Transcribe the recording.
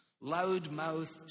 loud-mouthed